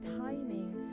timing